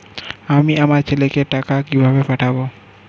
আমি আমার ছেলেকে টাকা কিভাবে পাঠাব?